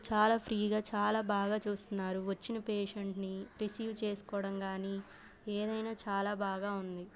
చాలా ఫ్రీగా చాలా బాగా చూస్తున్నారు వచ్చిన పేషెంట్ని రిసీవ్ చేసుకోవడం కానీ ఏదైనా చాలా బాగా ఉంది